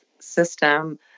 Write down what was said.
system